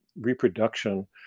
reproduction